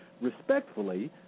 respectfully